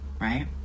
right